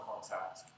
contact